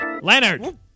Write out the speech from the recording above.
Leonard